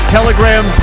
Telegram